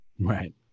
Right